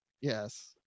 Yes